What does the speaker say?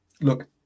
look